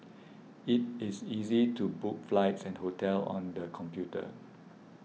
it is easy to book flights and hotels on the computer